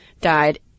died